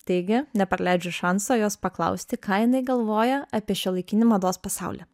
taigi nepraleidžiu šanso jos paklausti ką jinai galvoja apie šiuolaikinį mados pasaulį